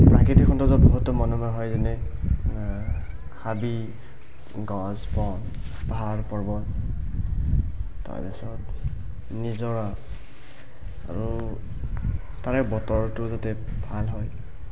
প্ৰাকৃতিক সৌন্দৰ্য বহুত মনোমোহা হয় যেনে হাবি গছ বন পাহাৰ পৰ্বত তাৰপিছত নিজৰা আৰু তাৰে বতৰটো যাতে ভাল হয়